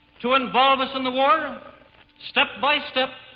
to involve us in the war, step by step,